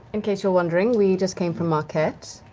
in case you're wondering, we just came from marquet.